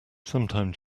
sometime